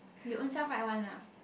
you ownself write one ah